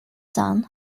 son